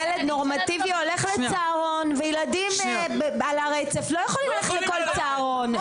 ילד נורמטיבי הולך לצהרון וילדים על הרצף לא יכולים ללכת לכל צהרון.